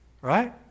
Right